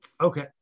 Okay